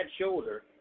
shoulder